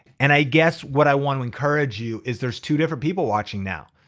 and i guess what i want to encourage you is there's two different people watching now.